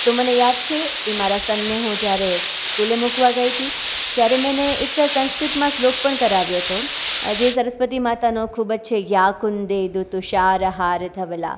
તો મને યાદ છે એ મારા સનને હું જયારે સ્કૂલે મૂકવા ગઈ હતી ત્યારે મેં એને એક સંસ્કૃતમાં શ્લોક પણ કરાવ્યો હતો જે સરસ્વતી માતાનો ખૂબ જ છે યાકુન્દે દૂતુષારહાર ધવલા